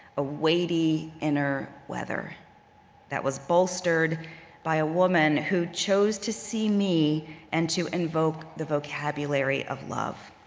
a weighty inner weather that was bolstered by a woman who chose to see me and to invoke the vocabulary of love.